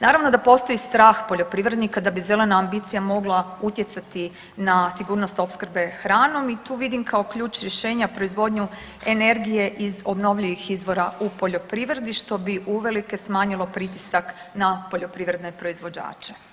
Naravno da postoji strah poljoprivrednika da bi zelena ambicija mogla utjecati na sigurnost opskrbe hranom i tu vidim kao ključ rješenja proizvodnju energije iz obnovljivih izvora u poljoprivredi što bi uvelike smanjilo pritisak na poljoprivredne proizvođače.